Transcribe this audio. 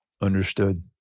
Understood